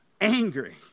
angry